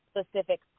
specific